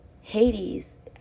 Hades